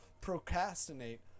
procrastinate